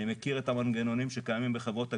אני מכיר את המנגנונים שקיימים בחברות הגבייה.